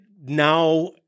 now –